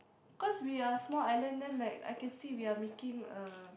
cause we are small island then like I can see we're making uh